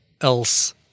else